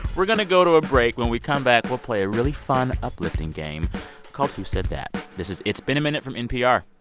we're going to go to a break. when we come back, we'll play a really fun uplifting game called who said that. this is it's been a minute from npr